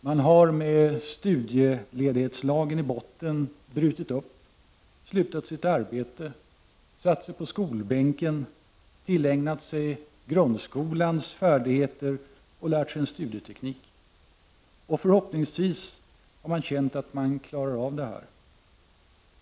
Man har — med studieledighetslagen i botten — brutit upp, slutat sitt arbete, satt sig på skolbänken, tillägnat sig grundskolans färdigheter och lärt sig en studieteknik. Förhoppningsvis har man också känt att man klarar av detta.